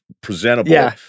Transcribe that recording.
presentable